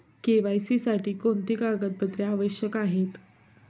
KYC साठी कोणती कागदपत्रे आवश्यक आहेत?